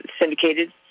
syndicated